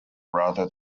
rather